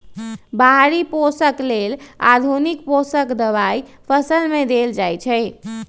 बाहरि पोषक लेल आधुनिक पोषक दबाई फसल में देल जाइछइ